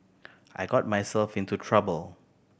I got myself into trouble